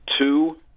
two